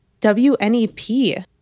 WNEP